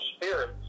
spirits